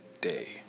day